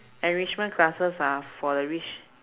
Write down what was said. enrichment classes are for the rich